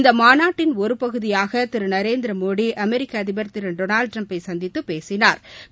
இந்த மாநட்டின் ஒரு பகுதியாக திரு நரேந்திரமோடி அமெரிக்க அதிபர் திரு டொனால்டு ட்டிரம்பை சந்தித்து பேசினாா்